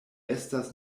estas